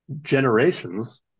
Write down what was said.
generations